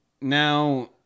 now